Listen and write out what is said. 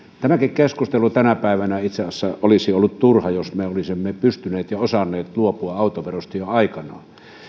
tämäkin keskustelu tänä päivänä itse asiassa olisi ollut turha jos me olisimme pystyneet ja osanneet luopua autoverosta jo